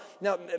now